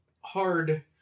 hard